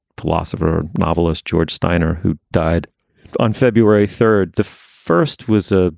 philosopher, novelist george steiner, who died on february third. the first was a